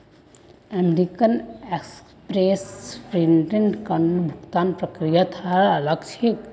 American Express prepaid कार्डेर भुगतान प्रक्रिया थोरा अलग छेक